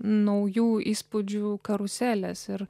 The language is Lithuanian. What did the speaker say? naujų įspūdžių karuselės ir